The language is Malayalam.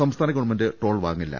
സംസ്ഥാന ഗവൺമെന്റ് ടോൾ വാങ്ങില്ല